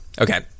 okay